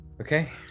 Okay